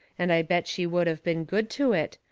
and i bet she would of been good to it,